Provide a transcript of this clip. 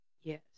Yes